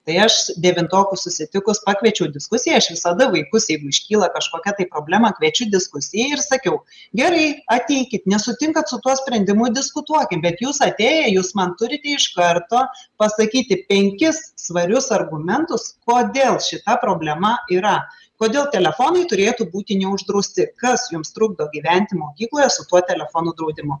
tai aš devintokus susitikus pakviečiau į diskusiją aš visada vaikus jeigu iškyla kažkokia tai problema kviečiu diskusijai ir sakiau gerai ateikit nesutinkat su tuo sprendimu diskutuokim bet jūs atėję jūs man turite iš karto pasakyti penkis svarius argumentus kodėl šita problema yra kodėl telefonai turėtų būti neuždrausti kas jums trukdo gyventi mokykloje su tuo telefonų draudimu